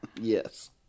Yes